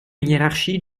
hiérarchie